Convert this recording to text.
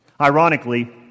Ironically